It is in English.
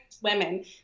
women